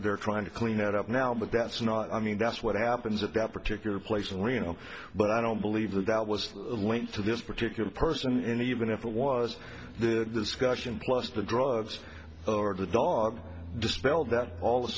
they're trying to clean it up now but that's not i mean that's what happens at that particular place in reno but i don't believe that that was linked to this particular person and even if it was the discussion plus the drugs or the dog dispelled that all